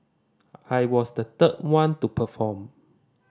I was the third one to perform